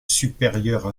supérieure